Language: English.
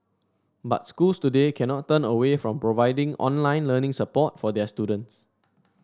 but schools today cannot turn away from providing online learning support for their students